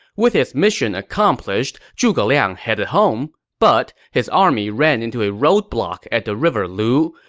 with his mission accomplished, zhuge liang headed home, but his army ran into a roadblock at the river lu,